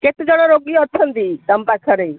କେତେଜଣ ରୋଗୀ ଅଛନ୍ତି ତମ ପାଖରେ